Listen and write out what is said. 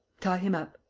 tie him up.